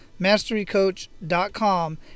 masterycoach.com